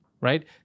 right